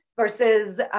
versus